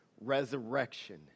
resurrection